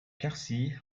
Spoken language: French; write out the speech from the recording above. quercy